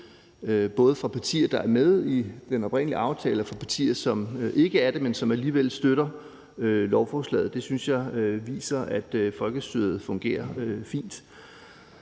både fra partier, der er med i den oprindelige aftale, og fra partier, som ikke er det, men som alligevel støtter lovforslaget. Det synes jeg viser at folkestyret fungerer fint.